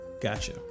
gotcha